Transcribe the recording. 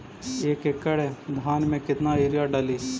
एक एकड़ धान मे कतना यूरिया डाली?